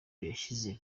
yashyize